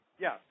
Yes